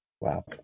Wow